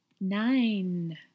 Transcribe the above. Nine